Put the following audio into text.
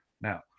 now